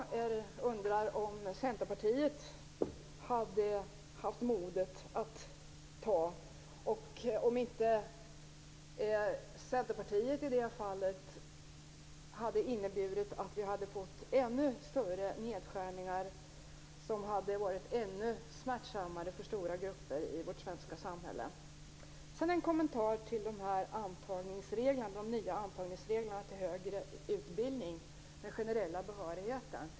Jag undrar om Centerpartiet hade haft modet att medverka till dem och om Centerpartiets medverkan inte hade inneburit att vi hade fått ännu större nedskärningar som hade varit ännu smärtsammare för stora grupper i vårt svenska samhälle. Sedan har jag en kommentar till de nya antagningsreglerna till högre utbildning - den generella behörigheten.